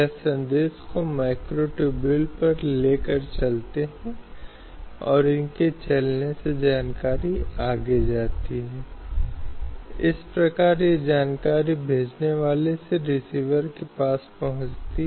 इसलिए प्रत्येक भारतीय नागरिक इस दायित्व के अधीन है कि वह उन प्रथाओं का त्याग करे जो महिलाओं की गरिमा के लिए अपमानजनक हैं